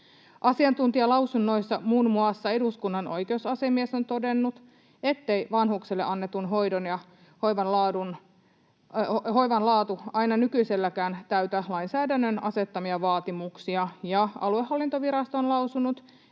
Asiantuntijalausunnoissa muun muassa eduskunnan oikeusasiamies on todennut, ettei vanhukselle annetun hoidon ja hoivan laatu aina nykyiselläkään täytä lainsäädännön asettamia vaatimuksia, ja aluehallintovirasto on lausunut,